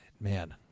man